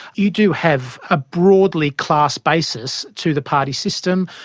you do have a broadly class basis to the party system.